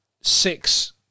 six